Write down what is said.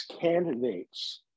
candidates